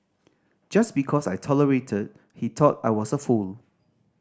just because I tolerated he thought I was a fool